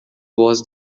was